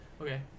okay